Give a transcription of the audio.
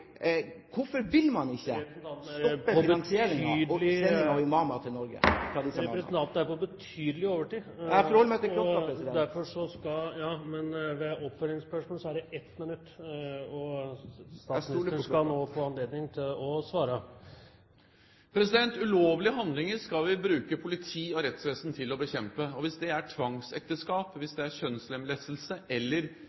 på betydelig overtid! Jeg forholder meg til klokka, president! Ja, men ved oppfølgingsspørsmål er taletiden 1 minutt. Jeg stoler på klokka! Statsministeren skal nå få anledning til å svare. Ulovlige handlinger skal vi bruke politi og rettsvesen til å bekjempe. Hvis det er tvangsekteskap, hvis